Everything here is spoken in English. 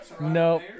No